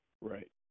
Right